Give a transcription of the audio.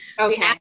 Okay